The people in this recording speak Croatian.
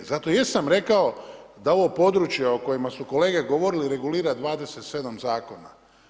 Zato i jesam rekao da ovo područje o kojima su kolege govorili regulira 27 zakona.